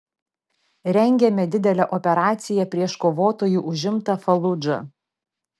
rengiame didelę operaciją prieš kovotojų užimtą faludžą